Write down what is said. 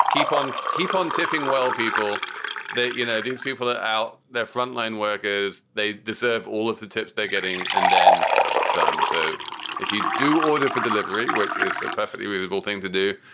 keep on keep on tipping well, people that, you know, these people are out there, frontline workers, they deserve all of the tips they're getting. and then some so if you do order for delivery, which is a perfectly reasonable thing to do,